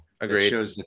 Agreed